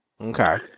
Okay